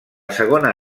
segona